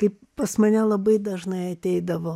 kaip pas mane labai dažnai ateidavo